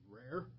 rare